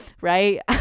Right